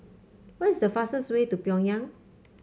what is the fastest way to Pyongyang